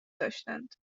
داشتند